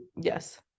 Yes